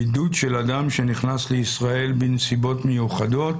(בידוד של אדם שנכנס לישראל בנסיבות מיוחדות)